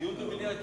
דיון במליאה.